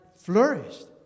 Flourished